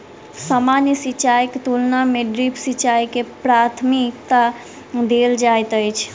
सामान्य सिंचाईक तुलना मे ड्रिप सिंचाई के प्राथमिकता देल जाइत अछि